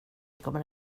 kommer